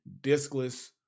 discless